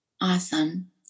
Awesome